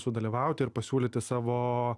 sudalyvauti ir pasiūlyti savo